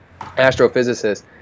astrophysicist